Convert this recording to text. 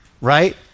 right